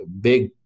big